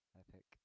epic